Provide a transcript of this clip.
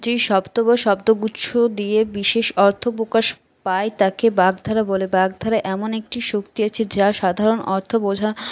যে শব্দ বা শব্দগুচ্ছ দিয়ে বিশেষ অর্থ প্রকাশ পায় তাকে বাগধারা বলে বাগধারা এমন একটি শক্তি আছে যা সাধারণ অর্থ বোঝা